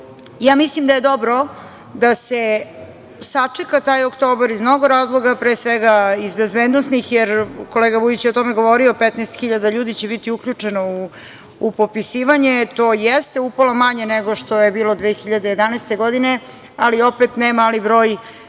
optužbe. Mislim da je dobro da se sačeka taj oktobar iz mnogo razloga, pre svega iz bezbednosnih, jer kolega Vujić je o tome govorio, 15 hiljada ljudi će biti uključeno u popisivanje tj. upola manje nego što je bilo 2011. godine, ali opet ne mali broj